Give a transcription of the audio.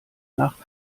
nacht